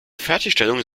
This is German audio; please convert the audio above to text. fertigstellung